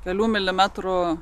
kelių milimetrų